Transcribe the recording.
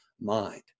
mind